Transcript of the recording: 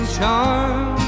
charm